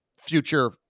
future